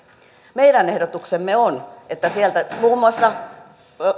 meidän ehdotuksemme on että sillä muun muassa